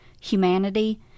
humanity